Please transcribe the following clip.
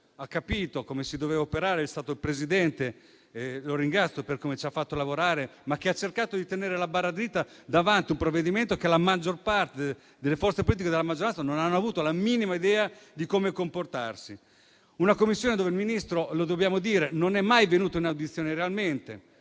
ha capito come si doveva operare, cioè il Presidente, che ringrazio per come ci ha fatto lavorare perché ha cercato di tenere la barra dritta davanti a un provvedimento sul quale la maggior parte delle forze politiche della maggioranza non aveva la minima idea di come comportarsi. In Commissione il Ministro - lo dobbiamo dire - non è mai venuto in audizione realmente